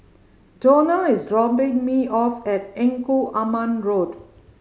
Dona is dropping me off at Engku Aman Road